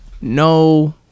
no